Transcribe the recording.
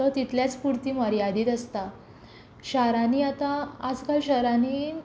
तो तितल्याच पुर्ती मर्यादीत आसता शारांनी आतां आज काल शहरांनी